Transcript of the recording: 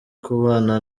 kubana